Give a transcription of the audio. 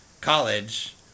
college